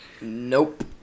Nope